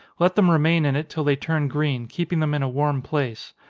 let them remain in it till they turn green, keeping them in a warm place.